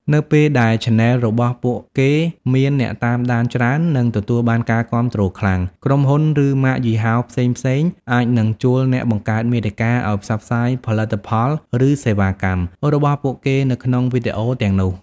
នៅពេលដែលឆានែលរបស់ពួកគេមាន អ្នកតាមដានច្រើន និងទទួលបានការគាំទ្រខ្លាំង ក្រុមហ៊ុន ឬម៉ាកយីហោផ្សេងៗអាចនឹង ជួលអ្នកបង្កើតមាតិកាឲ្យផ្សព្វផ្សាយផលិតផល ឬសេវាកម្ម របស់ពួកគេនៅក្នុងវីដេអូទាំងនោះ។